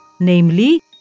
namely